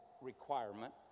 requirement